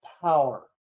power